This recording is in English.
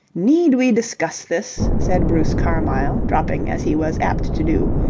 need we discuss this? said bruce carmyle, dropping, as he was apt to do,